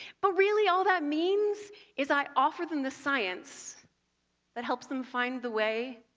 but really all that means is i offer them the science that helps them find the way